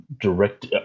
direct